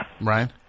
Right